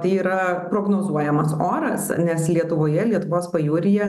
tai yra prognozuojamas oras nes lietuvoje lietuvos pajūryje